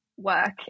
work